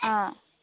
অঁ